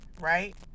Right